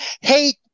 hate